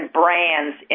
brands